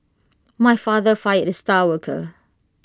my father fired the star worker